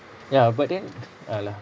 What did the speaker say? ya but them a'ah lah